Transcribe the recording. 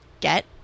get